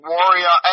Warrior